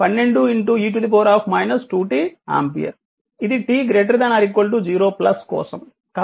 ఇది t ≥ 0 కోసం